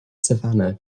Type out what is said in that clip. savannah